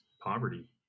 poverty